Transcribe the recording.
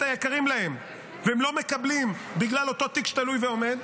היקרים להם והם לא מקבלים בגלל אותו תיק שתלוי ועומד,